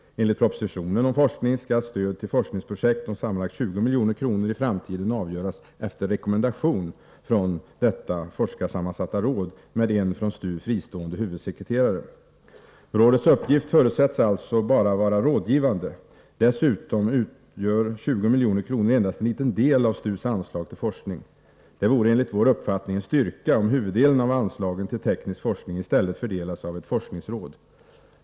Enligt propositionen om forskning skall stöd till forskningsprojekt om sammanlagt 20 milj.kr. i framtiden avgöras efter rekommendation från detta forskarsammansatta råd med en från STU fristående huvudsekreterare. Rådets uppgift förutsätts alltså bara vara rådgivande. Dessutom utgör 20 milj.kr. endast en liten del av STU:s anslag till forskning. Det vore enligt vår uppfattning en styrka om huvuddelen av anslagen till teknisk forskning i stället fördelades av ett forskningsråd.